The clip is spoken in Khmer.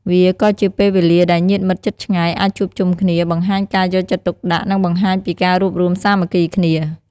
វាក៏ជាពេលវេលាដែលញាតិមិត្តជិតឆ្ងាយអាចជួបជុំគ្នា បង្ហាញការយកចិត្តទុកដាក់ និងបង្ហាញពីការរួបរួមសាមគ្គីគ្នា។